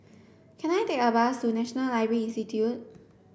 can I take a bus to National Library Institute